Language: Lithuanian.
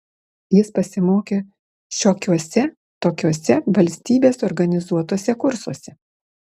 jis pasimokė šiokiuose tokiuose valstybės organizuotuose kursuose